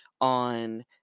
on